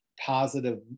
positive